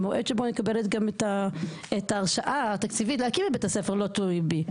והמועד שבו אני מקבלת את ההרשאה התקציבית להקים את בית הספר לא תלוי בי.